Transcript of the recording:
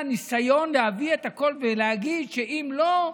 ניסיון להביא את הכול ולהגיד שאם לא,